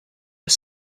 are